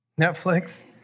Netflix